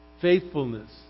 faithfulness